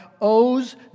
owes